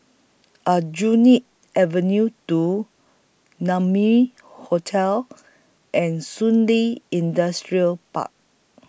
Aljunied Avenue two Naumi Hotel and Shun Li Industrial Park